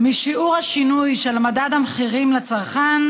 שיעור השינוי של מדד המחירים לצרכן